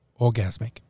orgasmic